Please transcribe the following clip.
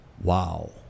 wow